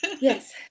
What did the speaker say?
Yes